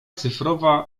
cyfrowa